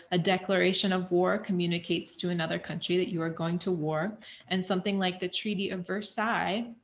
a declaration of war communicates to another country that you are going to war and something like the treaty of versailles